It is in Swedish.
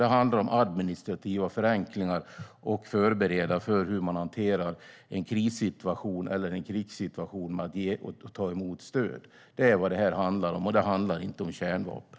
Det handlar om administrativa förenklingar och att förbereda för hur man hanterar en kris eller en krigssituation genom att ge eller ta emot stöd. Det är vad det här handlar om. Det handlar inte om kärnvapen.